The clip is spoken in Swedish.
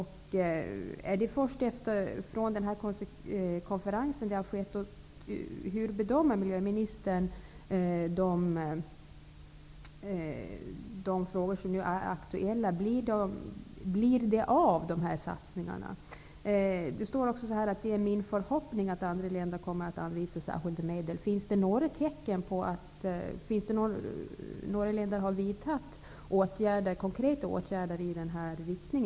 Har detta skett först efter konferensen? Hur är miljöministerns bedömning av de aktuella frågorna? Blir satsningarna av? Miljöministern säger också i svaret: ''Det är förstås min förhopping att andra länder också kommer att anvisa särskilda medel till Östersjöarbetet.'' Finns det några tecken på detta? Har några länder vidtagit konkreta åtgärder i en sådan riktning?